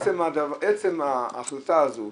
עצם ההחלטה הזו,